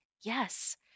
Yes